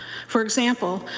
for example,